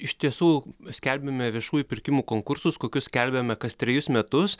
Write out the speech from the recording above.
iš tiesų skelbėme viešųjų pirkimų konkursus kokius skelbiame kas trejus metus